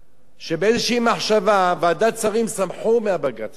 שבאיזו מחשבה בוועדת שרים שמחו על הבג"ץ הזה,